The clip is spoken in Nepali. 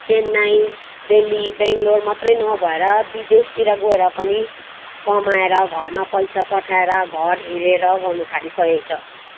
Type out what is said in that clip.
चेन्नई दिल्ली बेङलोर मात्रै नभएर विदेशतिर गएर पनि कमाएर घरमा पैसा पठाएर घर हेरेर गर्नु थालिसकेको छ